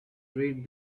read